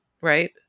Right